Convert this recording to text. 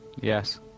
Yes